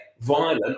violent